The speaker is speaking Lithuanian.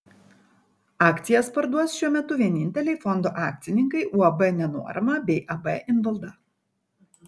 akcijas parduos šiuo metu vieninteliai fondo akcininkai uab nenuorama bei ab invalda